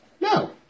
no